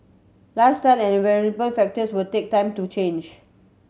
lifestyle and environment factors will take time to change